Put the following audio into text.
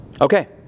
okay